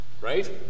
Right